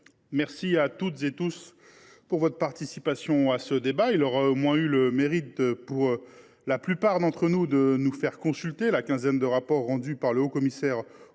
remercie toutes et tous de votre participation à ce débat qui aura au moins eu le mérite d’inciter la plupart d’entre nous à consulter la quinzaine de rapports rendus par le haut commissaire